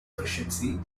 efficiency